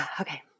okay